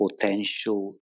potential